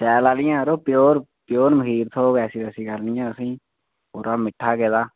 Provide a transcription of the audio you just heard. शैल कैंह् नेईं अड़ो प्योर प्योर मखीर थोह्दा असेंगी ऐसी वैसी गल्ल नी ऐ प्योर असेंगी पूरा मिट्ठा गेदा